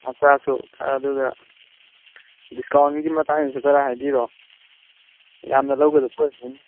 ꯃꯆꯥꯛꯁꯨ ꯈꯔ ꯑꯗꯨꯒ ꯗꯤꯁꯀꯥꯎꯟꯒꯤ ꯃꯇꯡꯁꯨ ꯈꯔ ꯍꯥꯏꯕꯤꯔꯣ ꯌꯥꯝꯅ ꯂꯧꯒꯗꯕ ꯑꯣꯏꯕꯅꯤꯅ